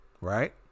right